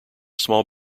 small